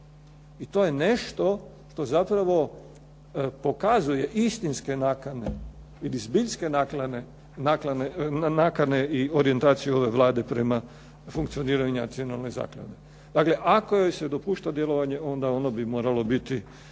i to je nešto što zapravo pokazuje istinske nakane ili zbiljske nakane i orijentaciju ove Vlade prema funkcioniranju Nacionalne zaklade. Dakle, ako joj se dopušta djelovanje onda ono bi moralo biti